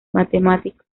matemático